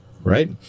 Right